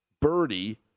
birdie